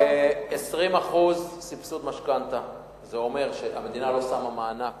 20% סבסוד משכנתה, זה אומר שהמדינה לא שמה מענק